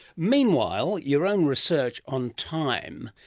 meanwhile your own research on time.